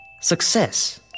success